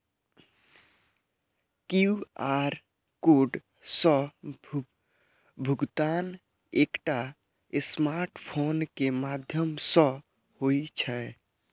QR code सं भुगतान एकटा स्मार्टफोन के माध्यम सं होइ छै